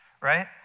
right